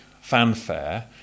fanfare